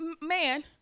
man